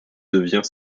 devient